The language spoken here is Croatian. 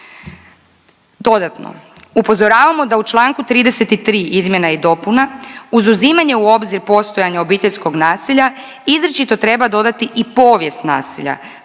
Dodatno, upozoravamo da u Članku 33. izmjena i dopuna uz uzimanje u obzir postojanja obiteljskog nasilja izričito treba dodati i povijest nasilja.